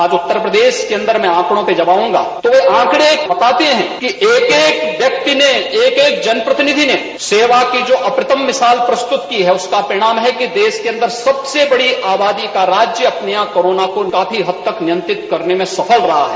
आज उत्तर प्रदेश के अन्दर आंकड़ों पर जब मैं बताऊंगा तो आंकड़े बताते है कि एक एक व्यक्ति ने एक एक जन प्रतिनिधि ने सेवा की जो अप्रितम मिसाल प्रस्तुत की है उसका परिणाम है कि देश के अन्दर सबसे बड़ी आबादी का राज्य अपने यहां कोरोना को काफी हद तक नियंत्रित करने में सफल रहा हैं